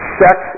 sex